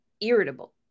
irritable